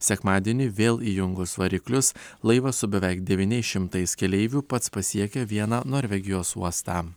sekmadienį vėl įjungus variklius laivas su beveik devyniais šimtais keleivių pats pasiekė vieną norvegijos uostą